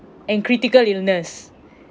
and critical illness